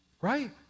right